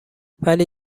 ولی